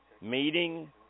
meeting